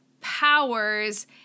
powers